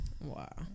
Wow